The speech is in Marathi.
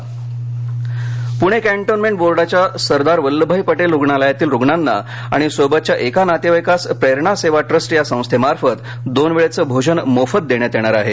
भोजन पूणे कॅन्टोन्मेंट बोर्डाच्या सरदार वल्लभभाई पटेल रुग्णालयातील रुग्णांना आणि सोबतच्या एका नातेवाईकांस प्रेरणा सेवा ट्रस्ट या संस्थेमार्फत दोन वेळचे भोजन मोफत देण्यात येणार आहे